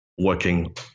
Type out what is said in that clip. working